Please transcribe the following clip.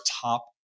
top